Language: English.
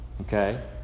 Okay